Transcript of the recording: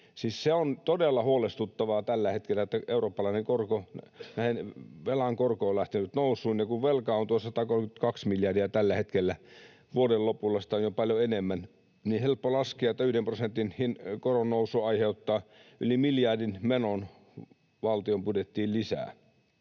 se on todella huolestuttavaa tällä hetkellä, että eurooppalainen velan korko on lähtenyt nousuun, ja kun velkaa on tuo 132 miljardia tällä hetkellä — vuoden lopulla sitä on jo paljon enemmän — on helppo laskea, että yhden prosentin koronnousu aiheuttaa yli miljardin menon valtion budjettiin lisää.